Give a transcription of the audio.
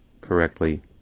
correctly